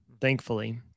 Thankfully